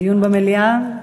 דיון במליאה?